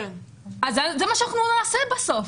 זה מה שאנחנו נעשה בסוף.